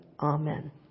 Amen